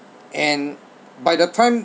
and by the time